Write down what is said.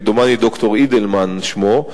דומני שד"ר אידלמן שמו,